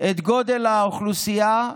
את גודל האוכלוסייה,